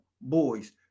boys